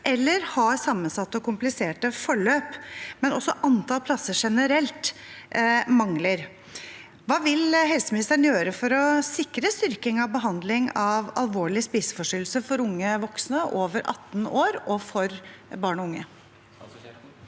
eller har sammensatte og kompliserte forløp, men også antall plasser generelt mangler. Hva vil helseministeren gjøre for å sikre styrking av behandling av alvorlige spiseforstyrrelser for unge voksne over 18 år og for barn og unge?